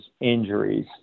injuries